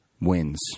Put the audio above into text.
wins